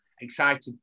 excited